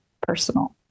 personal